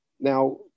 Now